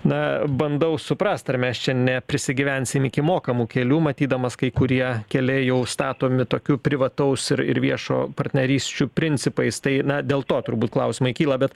na bandau suprast ar mes čia neprisigyvensim iki mokamų kelių matydamas kai kurie keliai jau statomi tokiu privataus ir ir viešo partnerysčių principais tai dėl to turbūt klausimai kyla bet